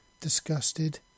disgusted